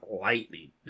Lightning